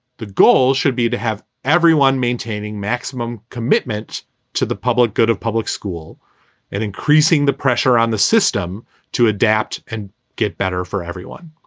the goal should be to have everyone maintaining maximum commitment to the public good of public school and increasing the pressure on the system to adapt and get better for everyone.